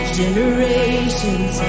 generations